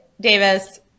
Davis